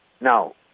now